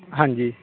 ਹਾਂਜੀ